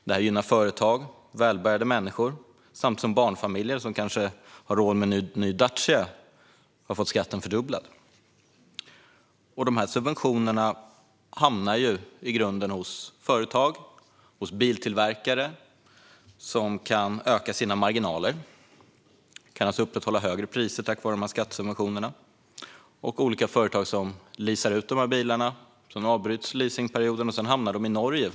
Det gynnar företag och välbärgade människor samtidigt som barnfamiljer, som kanske har råd med en ny Dacia, har fått fördubblad skatt. Dessa subventioner hamnar hos företag och biltillverkare som kan öka sina marginaler och hålla högre priser på grund av skattesubventionerna. Företag leasar ut dessa bilar, och när leasingperioden avbryts hamnar bilarna i Norge.